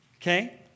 Okay